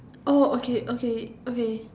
oh okay okay okay